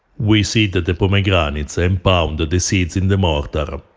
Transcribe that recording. we seed the the pomegranates and pound the the seeds in the mortar.